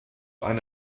eine